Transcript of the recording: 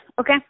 okay